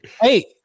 Hey